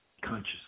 consciously